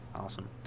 awesome